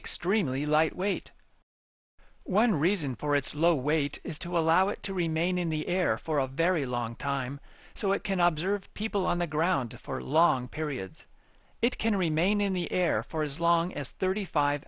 extremely lightweight one reason for its low weight is to allow it to remain in the air for a very long time so it can observe people on the ground for long periods it can remain in the air for as long as thirty five